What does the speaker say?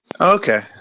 Okay